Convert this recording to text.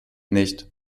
nicht